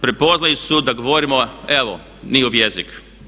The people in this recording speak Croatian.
Prepoznali su da govorimo evo njihov jezik.